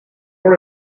road